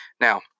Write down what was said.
Now